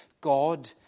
God